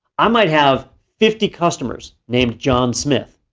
i might have fifty customers named john smith.